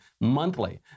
monthly